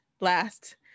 last